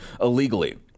illegally